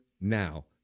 now